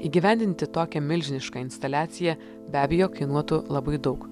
įgyvendinti tokia milžinišką instaliaciją be abejo kainuotų labai daug